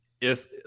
Yes